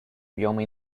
объема